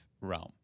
realm